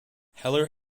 heller